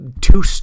two